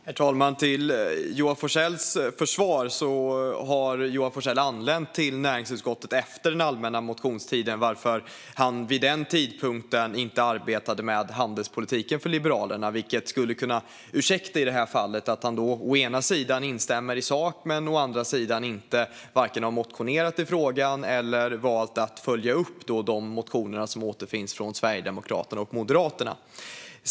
Herr talman! Till Joar Forssells försvar anlände Joar Forssell till näringsutskottet efter allmänna motionstiden, varför han vid den tidpunkten inte arbetade med handelspolitik för Liberalerna. Det kan ursäkta att han i det här fallet å ena sidan instämmer i sak men å andra sidan inte har väckt motioner i frågan eller valt att följa upp de motioner som finns från Sverigedemokraterna och Moderaterna.